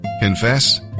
confess